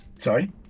Sorry